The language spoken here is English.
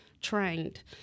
trained